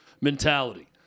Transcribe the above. mentality